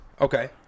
Okay